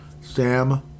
Sam